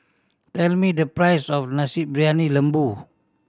tell me the price of Nasi Briyani Lembu